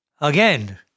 again